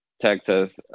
Texas